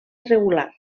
irregular